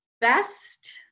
best